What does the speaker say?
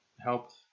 helped